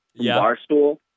Barstool